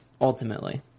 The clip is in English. ultimately